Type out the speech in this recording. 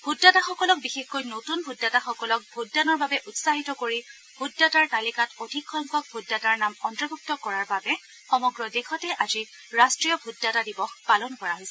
ভোটদাতাসকলক বিশেষকৈ নতুন ভোটদাতাসকলক ভোটদানৰ বাবে উৎসাহিত কৰি ভোটদাতাৰ তালিকাত অধিকসংখ্যক ভোটদাতাৰ নাম অন্তৰ্ভুক্ত কৰাৰ বাবে সমগ্ৰ দেশতে আজি ৰাষ্ট্ৰীয় ভোটদাতা দিৱস পালন কৰা হৈছে